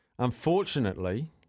Unfortunately